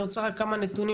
אני רוצה לקבל רק כמה נתונים,